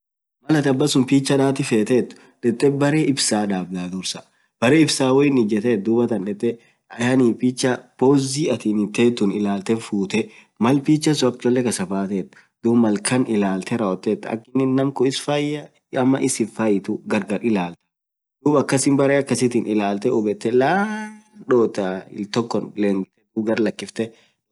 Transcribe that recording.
malatiin abasuun picha daatii feet detee baree ibsaa daabdaa.bareeibsaa ho innin ijeet akk pichan suun akkcholee kasaa baat duub ak ishiinfaituuf tuun ilaltaa.duub akasin baree akasittin illaltee hubetee laan dotta.